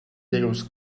darius